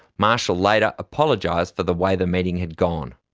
marshall later apologised for the way the meeting had gone.